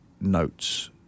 notes